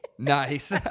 Nice